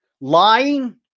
lying